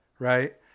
Right